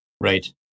Right